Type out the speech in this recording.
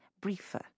briefer